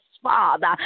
Father